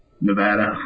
Nevada